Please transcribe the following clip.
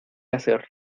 hacer